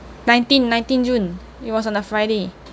nineteen nineteen june it was on the friday